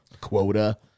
quota